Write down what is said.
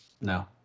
No